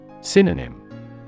Synonym